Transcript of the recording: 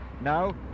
Now